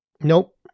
nope